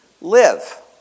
live